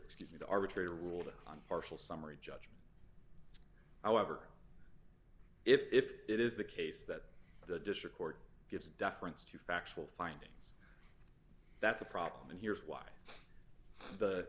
excuse me the arbitrator ruled on partial summary judgment however if it is the case that the district court gives deference to factual findings that's a problem and here's why the